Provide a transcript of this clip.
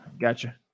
Gotcha